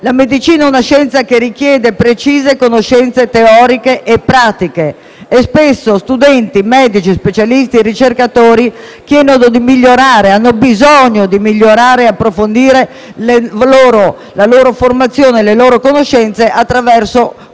La medicina è una scienza che richiede precise conoscenze teoriche e pratiche e spesso studenti, medici, specialisti e ricercatori chiedono di migliorare, hanno bisogno di migliorare e approfondire la loro formazione e le loro conoscenze attraverso corsi